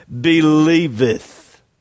believeth